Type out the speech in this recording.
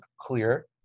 clear